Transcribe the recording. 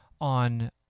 on